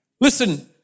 Listen